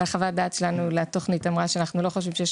אבל חוות הדעת שלנו לתוכנית אמרה שאנחנו לא חושבים שיש